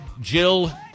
Jill